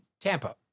Tampa